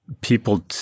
people